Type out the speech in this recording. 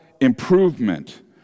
improvement